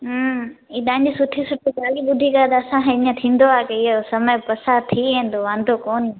हीअ तव्हांजी सुठी सुठी ॻाल्हियूं ॿुधी करे असां हीअं थींदो आहे की हीअ समय वसा थी वेंदो वांदो कोन्हे